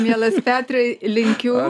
mielas petrai linkiu